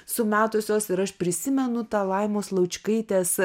sumetusios ir aš prisimenu tą laimos laučkaitės